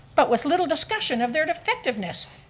but with little discussion of their effectiveness.